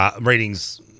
ratings